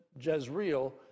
Jezreel